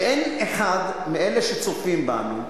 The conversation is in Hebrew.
ואין אחד מאלה שצופים בנו,